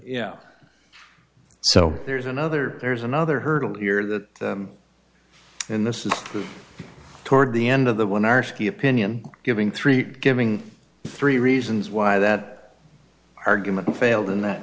know so there's another there's another hurdle here that and this is toward the end of the one our ski opinion giving three giving three reasons why that argument failed in that